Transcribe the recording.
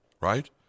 Right